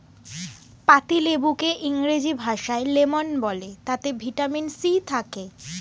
পাতিলেবুকে ইংরেজি ভাষায় লেমন বলে তাতে ভিটামিন সি থাকে